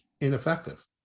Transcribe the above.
ineffective